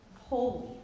Holy